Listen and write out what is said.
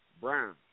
Brown